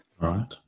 Right